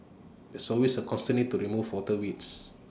there's always A constant need to remove water weeds